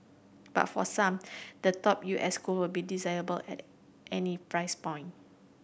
but for some the top U S school will be desirable at any price point